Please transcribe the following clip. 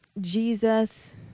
Jesus